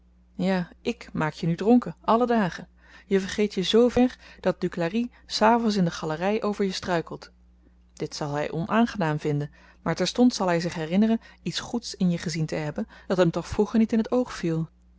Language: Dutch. ja ik maak je nu dronken alle dagen je vergeet je z ver dat duclari s avends in de galery over je struikelt dit zal hy onaangenaam vinden maar terstond zal hy zich herinneren iets goeds in je gezien te hebben dat hem toch vroeger niet in t oog viel